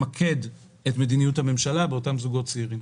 למקד את מדיניות הממשלה באותם זוגות צעירים.